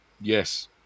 Yes